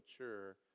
mature